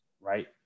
Right